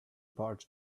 barge